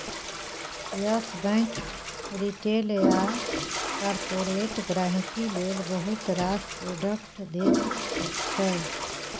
yes bank retail आ corporate गांहिकी लेल बहुत रास प्रोडक्ट दैत छै